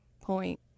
point